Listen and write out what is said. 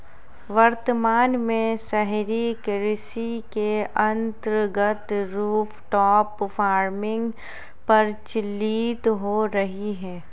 वर्तमान में शहरी कृषि के अंतर्गत रूफटॉप फार्मिंग प्रचलित हो रही है